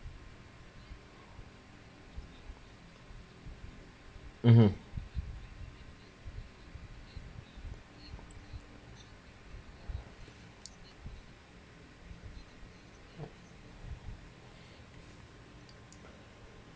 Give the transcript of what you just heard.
mmhmm